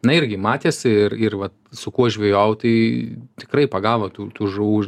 na irgi matėsi ir ir va su kuo žvejojau tai tikrai pagavo tų tų žuvų